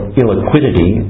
illiquidity